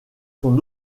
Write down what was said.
son